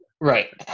Right